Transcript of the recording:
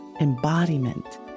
embodiment